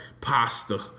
pasta